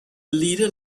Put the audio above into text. leader